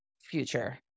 future